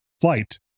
flight